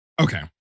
Okay